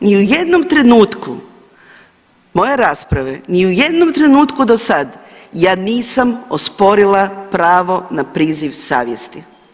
Ni u jednom trenutku moje rasprave, ni u jednom trenutku do sada ja nisam osporila pravo na priziv savjesti.